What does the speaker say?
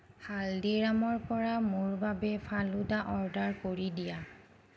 হালদীৰামৰ পৰা মোৰ বাবে ফালুদা অৰ্ডাৰ কৰি দিয়া